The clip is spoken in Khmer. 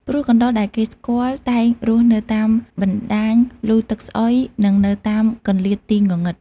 ព្រោះកណ្តុរដែលគេស្គាល់តែងរស់នៅតាមបណ្តាញលូទឹកស្អុយ និងនៅតាមកន្លៀតទីងងឹត។